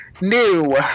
new